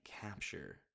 capture